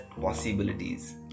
possibilities